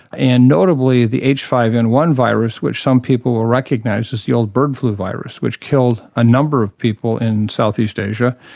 and notably the h five n one virus which some people will recognise as the old bird flu virus which killed a number of people in southeast asia,